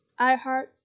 iHeart